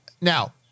Now